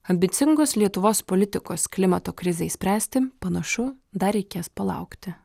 ambicingos lietuvos politikos klimato krizei spręsti panašu dar reikės palaukti